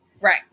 right